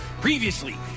Previously